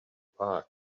park